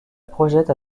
projette